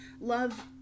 love